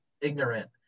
ignorant